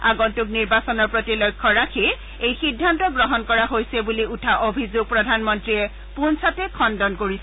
আগন্তুক নিৰ্বাচনৰ প্ৰতি লক্ষ্য ৰাখি এই সিদ্ধান্ত গ্ৰহণ কৰা হৈছে বুলি উঠা অভিযোগ প্ৰধানমন্ত্ৰীয়ে পোনচাতেই খণ্ডন কৰিছে